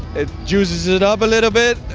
it juices it up a little bit.